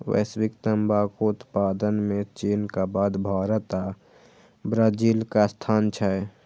वैश्विक तंबाकू उत्पादन मे चीनक बाद भारत आ ब्राजीलक स्थान छै